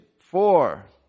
four